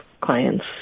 clients